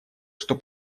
что